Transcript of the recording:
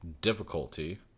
difficulty